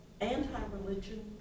anti-religion